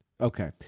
Okay